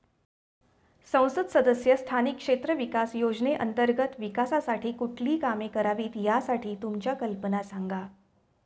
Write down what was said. संसद सदस्य स्थानिक क्षेत्र विकास योजने अंतर्गत विकासासाठी कुठली कामे करावीत, यासाठी तुमच्या कल्पना सांगा